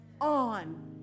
on